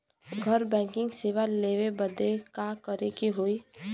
घर बैकिंग सेवा लेवे बदे का करे के होई?